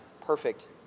perfect